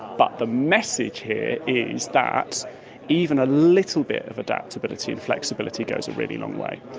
but the message here is that even a little bit of adaptability and flexibility goes a really long way.